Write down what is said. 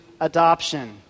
adoption